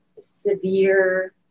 severe